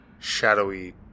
Shadowy